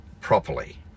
properly